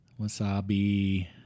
Wasabi